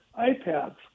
iPads